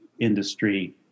industry